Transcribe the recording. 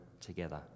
together